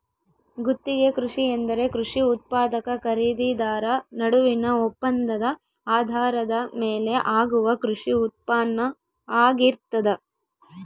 ಗುತ್ತಿಗೆ ಕೃಷಿ ಎಂದರೆ ಕೃಷಿ ಉತ್ಪಾದಕ ಖರೀದಿದಾರ ನಡುವಿನ ಒಪ್ಪಂದದ ಆಧಾರದ ಮೇಲೆ ಆಗುವ ಕೃಷಿ ಉತ್ಪಾನ್ನ ಆಗಿರ್ತದ